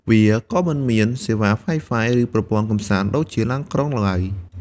វាក៏មិនមានសេវា Wi-Fi ឬប្រព័ន្ធកម្សាន្តដូចជាឡានក្រុងឡើយ។